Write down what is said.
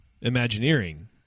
Imagineering